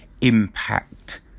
impact